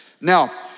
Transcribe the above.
Now